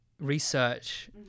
research